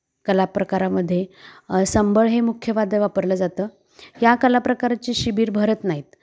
कला प्रकारामध्ये संबळ हे मुख्य वाद्य वापरलं जातं या कला प्रकारचे शिबीर भरत नाहीत